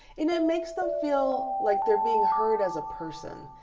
and it makes them feel like they're being heard as a person,